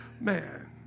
Man